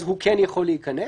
הוא כן יכול להיכנס.